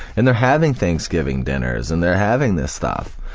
and they're having thanksgiving dinners and they're having this stuff.